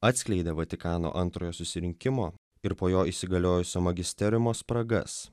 atskleidė vatikano antrojo susirinkimo ir po jo įsigaliojusio magisteriumo spragas